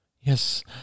Yes